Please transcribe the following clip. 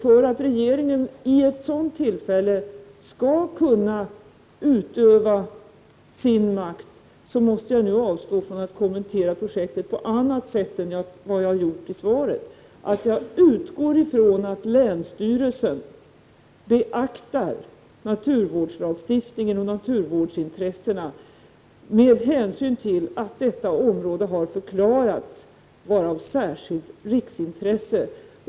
För att regeringen vid ett sådant tillfälle skall kunna utöva sin makt, måste jag nu avstå från att kommentera projektet på annat sätt än jag har gjort i svaret, nämligen att jag utgår från att länsstyrelsen beaktar naturvårdslagstiftningen och naturvårdsintressena med hänsyn till att detta område förklarats vara av riksintresse.